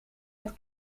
het